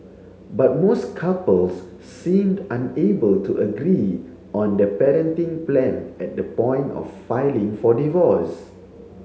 but most couples seemed unable to agree on the parenting plan at the point of filing for divorce